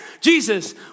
jesus